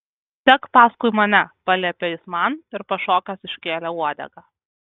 sek paskui mane paliepė jis man ir pašokęs iškėlė uodegą